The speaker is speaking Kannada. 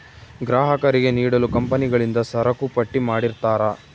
ಗ್ರಾಹಕರಿಗೆ ನೀಡಲು ಕಂಪನಿಗಳಿಂದ ಸರಕುಪಟ್ಟಿ ಮಾಡಿರ್ತರಾ